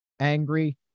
angry